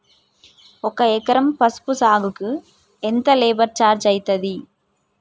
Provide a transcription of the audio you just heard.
ఒక ఎకరం పసుపు సాగుకు ఎంత లేబర్ ఛార్జ్ అయితది?